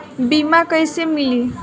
बीमा कैसे मिली?